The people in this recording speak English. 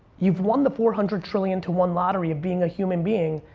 you've won the four hundred trillion to one lottery of being a human being,